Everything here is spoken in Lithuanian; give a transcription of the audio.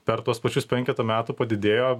per tuos pačius penketą metų padidėjo